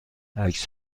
عکس